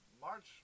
March